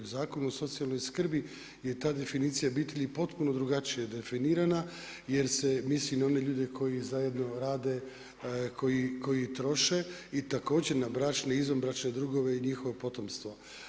U Zakonu o socijalnoj skrbi je ta definicija obitelji potpuno drugačije definirana jer se misli na one ljude koji zajedno rade, koji troše i također na bračne i izvanbračne drugove i njihovo potomstvo.